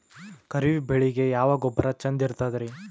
ಖರೀಪ್ ಬೇಳಿಗೆ ಯಾವ ಗೊಬ್ಬರ ಚಂದ್ ಇರತದ್ರಿ?